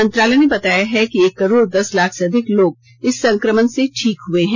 मंत्रालय ने बताया है कि एक करोड दस लाख से अधिक लोग इस संक्रमण से ठीक हुए हैं